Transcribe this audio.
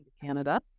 Canada